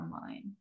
online